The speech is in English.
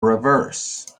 reverse